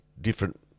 Different